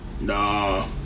nah